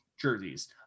Jerseys